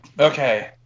Okay